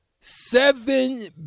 Seven